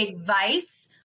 advice